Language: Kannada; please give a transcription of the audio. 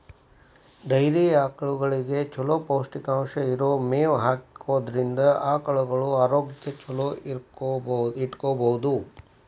ಡೈರಿ ಆಕಳಗಳಿಗೆ ಚೊಲೋ ಪೌಷ್ಟಿಕಾಂಶ ಇರೋ ಮೇವ್ ಹಾಕೋದ್ರಿಂದ ಆಕಳುಗಳ ಆರೋಗ್ಯ ಚೊಲೋ ಇಟ್ಕೋಬಹುದು